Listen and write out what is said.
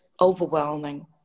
overwhelming